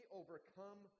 overcome